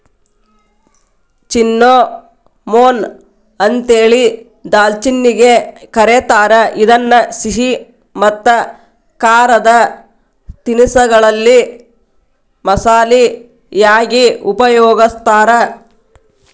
cinnamon ಅಂತೇಳಿ ದಾಲ್ಚಿನ್ನಿಗೆ ಕರೇತಾರ, ಇದನ್ನ ಸಿಹಿ ಮತ್ತ ಖಾರದ ತಿನಿಸಗಳಲ್ಲಿ ಮಸಾಲಿ ಯಾಗಿ ಉಪಯೋಗಸ್ತಾರ